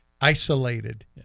isolated